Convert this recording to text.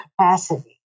capacity